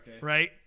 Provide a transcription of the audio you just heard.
Right